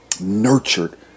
nurtured